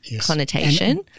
connotation